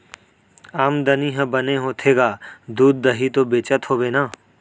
आमदनी ह बने होथे गा, दूद, दही तो बेचत होबे ना?